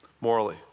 morally